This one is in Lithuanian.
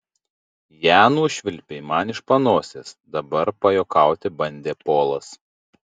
ją nušvilpei man iš panosės dabar pajuokauti bandė polas